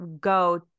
go